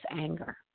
anger